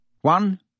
One